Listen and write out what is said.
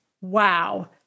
Wow